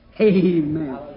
Amen